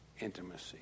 intimacy